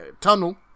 tunnel